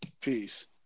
Peace